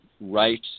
right